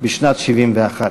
בשנת 1971,